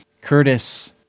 curtis